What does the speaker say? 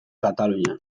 katalunian